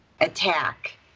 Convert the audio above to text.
attack